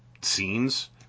scenes